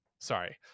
sorry